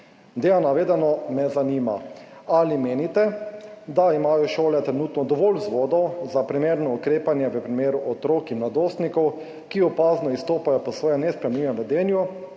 na navedeno me zanima: Ali menite, da imajo šole trenutno dovolj vzvodov za primerno ukrepanje v primeru otrok in mladostnikov, ki opazno izstopajo po svojem nesprejemljivem vedenju